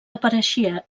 apareixia